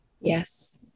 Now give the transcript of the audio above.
Yes